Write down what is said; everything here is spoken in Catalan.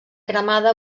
cremada